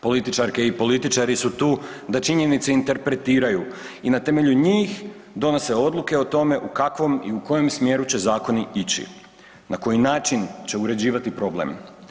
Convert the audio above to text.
Političarke i političari su tu da činjenice interpretiraju i na temelju njih donose odluke o tome u kakvom i u kojem smjeru će zakoni ići, na koji način će uređivati problem.